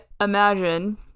imagine